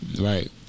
Right